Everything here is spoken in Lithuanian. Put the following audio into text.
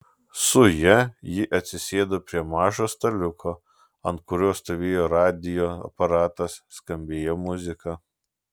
su ja ji atsisėdo prie mažo staliuko ant kurio stovėjo radijo aparatas skambėjo muzika